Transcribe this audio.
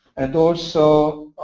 and also